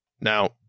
Now